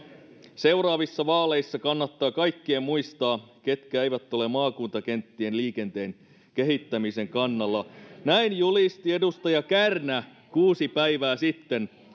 seuraavissa vaaleissa kannattaa kaikkien muistaa ketkä eivät ole maakuntakenttien liikenteen kehittämisen kannalla näin julisti edustaja kärnä kuusi päivää sitten